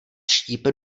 štípe